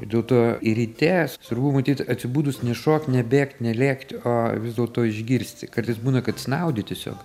dėl to ir ryte svarbu matyt atsibudus nešokt nebėgt nelėkt o vis dėlto išgirsti kartais būna kad snaudi tiesiog